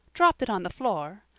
dropped it on the floor,